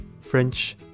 French